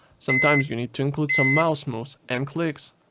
sometimes you need to include some mouse moves and clicks.